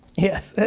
yes.